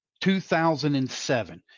2007